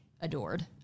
adored